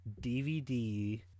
DVD